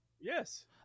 Yes